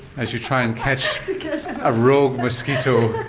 as you try and catch a rogue mosquito